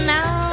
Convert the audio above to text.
Now